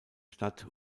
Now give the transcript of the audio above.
stadt